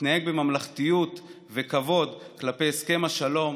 התנהג בממלכתיות וכבוד כלפי הסכם השלום